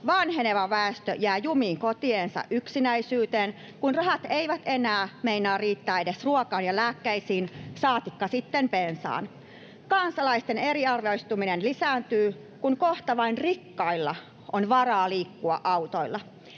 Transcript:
vanheneva väestö jää jumiin kotiensa yksinäisyyteen, kun rahat eivät enää meinaa riittää edes ruokaan ja lääkkeisiin, saatika sitten bensaan. Kansalaisten eriarvoistuminen lisääntyy, kun kohta vain rikkailla on varaa liikkua autolla.